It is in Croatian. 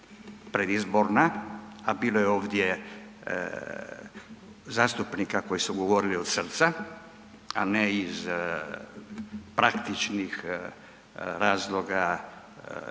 predizborna, a bilo je ovdje zastupnika koji su govorili od srca, a ne iz praktičnih razloga